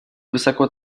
высоко